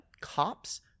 cops